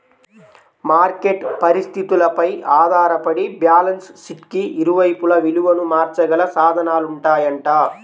market పరిస్థితులపై ఆధారపడి balance షీట్కి ఇరువైపులా విలువను మార్చగల సాధనాలుంటాయంట